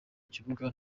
kibuga